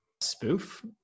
spoof